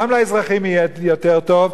גם לאזרחים יהיה יותר טוב,